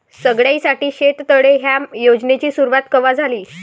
सगळ्याइसाठी शेततळे ह्या योजनेची सुरुवात कवा झाली?